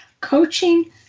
coaching